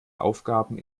aufgaben